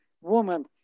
woman